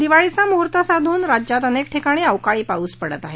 दिवाळीचा मुहूर्त साधून राज्यात अनेक ठिकाणी अवकाळी पाऊस पडत आहे